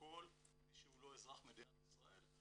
לכל מי שהוא לא אזרח מדינת ישראל,